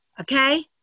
okay